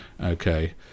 Okay